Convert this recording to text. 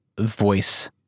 voice